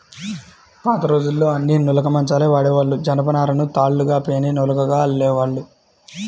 పాతరోజుల్లో అన్నీ నులక మంచాలే వాడేవాళ్ళు, జనపనారను తాళ్ళుగా పేని నులకగా అల్లేవాళ్ళు